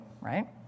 right